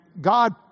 God